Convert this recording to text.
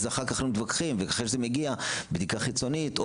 אז אחר כך אנחנו מתווכחים ואחרי שזה מגיע בדיקה חיצונית,